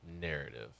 narrative